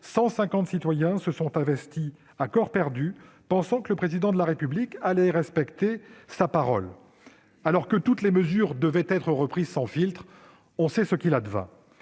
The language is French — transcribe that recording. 150 citoyens se sont investis à corps perdu en pensant que le Président de la République tiendrait sa parole. Alors que toutes les mesures devaient être reprises sans filtre, on sait ce qu'il advint.